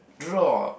draw